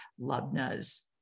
Lubna's